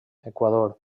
equador